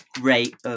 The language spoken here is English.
rate